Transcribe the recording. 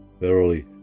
Verily